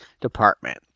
department